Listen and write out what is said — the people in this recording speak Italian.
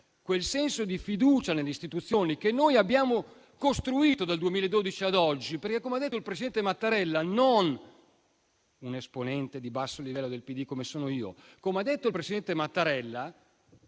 quel senso di fiducia nelle istituzioni che noi abbiamo costruito dal 2012 ad oggi. Come ha detto il presidente Mattarella (non un esponente di basso livello del PD, come sono io), l'esempio della